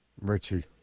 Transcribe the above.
Richie